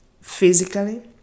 physically